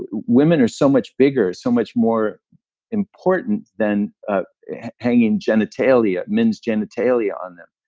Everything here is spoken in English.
women are so much bigger, so much more important than ah hanging genitalia men's genitalia on them,